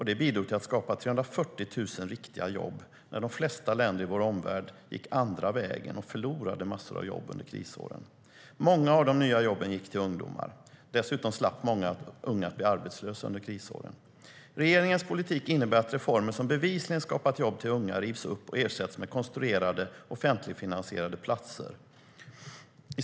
Det bidrog till att skapa 340 000 riktiga jobb, när de flesta länder i vår omvärld gick den andra vägen och förlorade massor av jobb under krisåren. Många av de nya jobben gick till ungdomar. Dessutom slapp många unga att bli arbetslösa under krisåren. Regeringens politik innebär att reformer som bevisligen skapat jobb till unga rivs upp och ersätts med konstruerade offentligfinansierade platser.